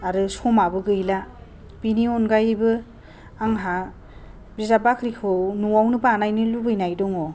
आरो समाबो गैला बिनि अनगायैबो आंहा बिजाब बाख्रिखौ न'आवनो बानायनो लुबैनाय दङ